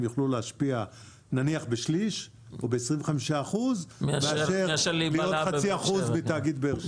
יוכלו להשפיע נניח בשליש או ב-25% מאשר להיות חצי אחוז בתאגיד באר-שבע.